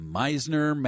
Meisner